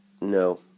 no